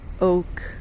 oak